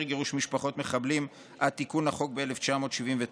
גירוש משפחות מחבלים עד תיקון החוק ב-1979.